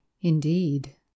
indeed